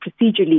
procedurally